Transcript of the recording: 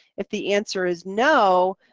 if the answer is no,